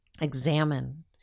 examine